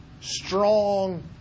strong